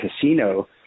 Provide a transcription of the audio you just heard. casino